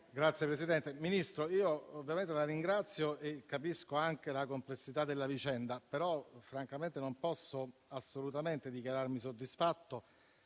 *(Misto-AVS)*. Ministro, io ovviamente la ringrazio e capisco anche la complessità della vicenda. Però francamente non posso assolutamente dichiararmi soddisfatto.